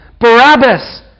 Barabbas